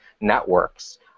networks